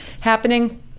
happening